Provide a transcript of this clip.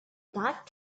dirt